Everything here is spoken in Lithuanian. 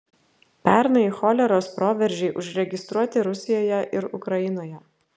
pernai choleros proveržiai užregistruoti rusijoje ir ukrainoje